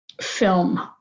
film